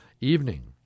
evening